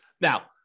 Now